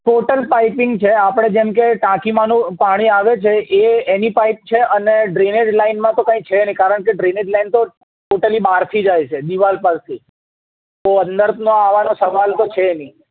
total piping છે આપણે જેમ કે ટાંકીમાનું પાણી આવે છે એ એની પાઇપ છે અને ડ્રેનેજ લાઈનમાં તો કંઈ છે નહીં કારણ કે ડ્રેનેજ લાઈન તો ટોટલી બહારથી જાય છે દીવાલ પરથી તો અંદરનો આવવાનો સવાલ તો છે નહીં